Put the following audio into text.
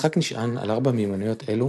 המשחק נשען על ארבע מיומנויות אלו